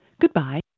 Goodbye